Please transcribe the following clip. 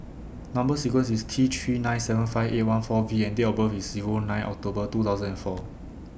Number sequence IS T three nine seven five eight one four V and Date of birth IS Zero nine October two thousand and four